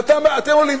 ואתם עולים,